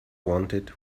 wanted